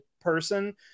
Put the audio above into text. person